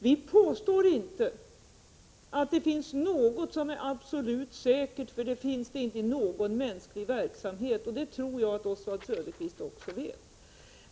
Vi påstår inte att det finns något som är absolut säkert — det finns det inte i någon mänsklig verksamhet, och det tror jag att Oswald Söderqvist också vet.